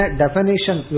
definition